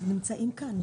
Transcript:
הם נמצאים כאן.